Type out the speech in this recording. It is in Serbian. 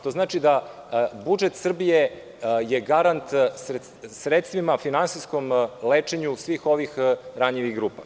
To znači da je budžet Srbije garant sredstvima finansijskom lečenju svih ovih ranjivih grupa.